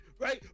right